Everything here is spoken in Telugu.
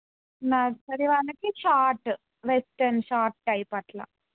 నర్సరీ వాళ్ళకి షార్ట్ వెస్ట్రన్ షార్ట్ టైప్ అట్లా